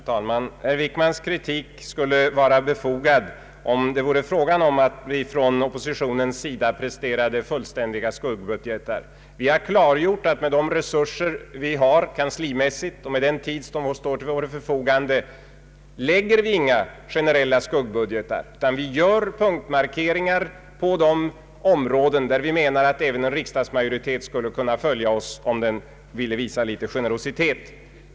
Herr talman! Herr Wickmans kritik skulle vara befogad om det vore fråga om att vi från oppositionens sida presterar verkliga skuggbudgetar. Vi har klargjort att med de kanslimässiga resurser vi har och med den tid som står till vårt förfogande lägger vi inte fram några generella skuggbudgetar, utan vi inriktar oss på att göra punktmarkeringar på de områden där även en riksdagsmajoritet skulle kunna följa våra förslag, om den ville visa litet generositet.